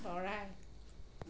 চৰাই